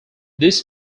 this